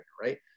right